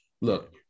Look